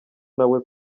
nawe